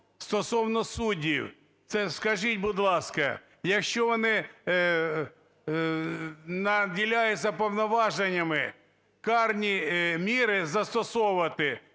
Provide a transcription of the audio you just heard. Стосовно суддів. Це, скажіть, будь ласка, якщо вони наділяються повноваженнями, карні міри застосовувати,